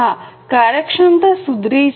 હા કાર્યક્ષમતા સુધરી છે